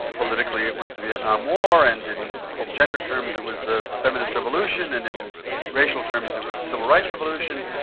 politically it was the vietnam war, and in in gender terms it was the feminist revolution, and in racial terms it was the civil rights revolution,